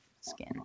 skin